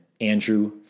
Andrew